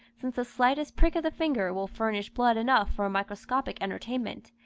since the slightest prick of the finger will furnish blood enough for a microscopic entertainment,